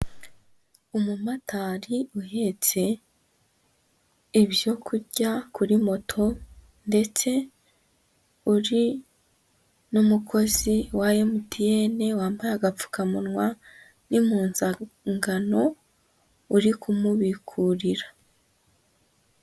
Umumotari uhetse ibyo kurya kuri moto ndetse uri n'umukozi wa MTN, wambaye agapfukamunwa n'impuzankano, uri kumubikurira.